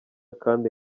kandi